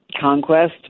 conquest